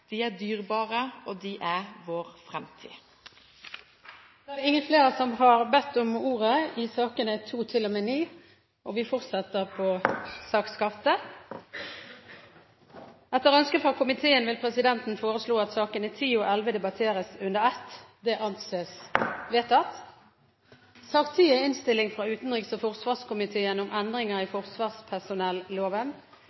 De er dyrebare, og de er vår framtid. Flere har ikke bedt om ordet til sakene nr. 2–9. Etter ønske fra utenriks- og forsvarskomiteen vil presidenten foreslå at sakene nr. 10 og 11 behandles under ett. – Det anses vedtatt. Etter ønske fra utenriks- og forsvarskomiteen